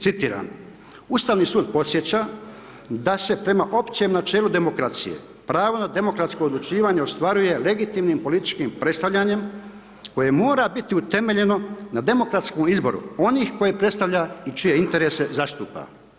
Citiram Ustavni sud podsjeća da se prema općem načelu demokracije, pravo na demokratsko odlučivanje ostvaruje legitimnim političkim predstavljanjem koje mora biti utemeljeno na demokratskom izboru onih koje predstavlja i čije interese zastupa.